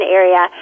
area